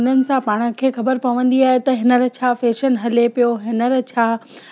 हुननि सां पाण खे ख़बरु पवंदी आहे त हींअर छा फेशन हले पियो हींअर छा